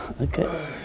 Okay